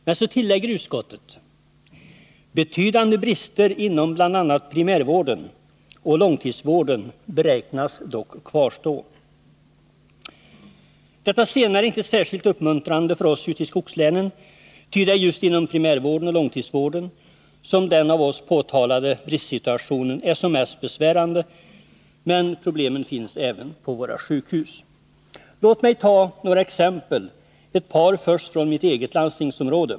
Men så tillägger utskottet: ”Betydande brister inom bl.a. primärvården och långtidsvården beräknas dock kvarstå.” Detta senare är inte särskilt uppmuntrande för oss ute i skogslänen, ty det är just inom primärvården och långtidsvården som den av oss påtalade bristsituationen är som mest besvärande, men problemen finns även på våra sjukhus. Låt mig ta några exempel — först ett par från mitt eget landstingsområde.